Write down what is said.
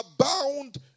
abound